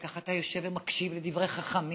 ואתה ככה יושב ומקשיב לדברי חכמים,